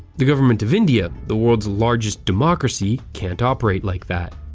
the government of india, the world's largest democracy, can't operate like that.